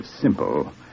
simple